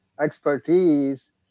expertise